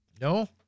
No